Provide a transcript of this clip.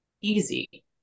easy